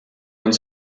uns